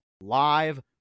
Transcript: live